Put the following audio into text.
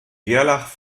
gerlach